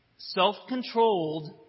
self-controlled